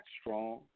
strong